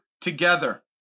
together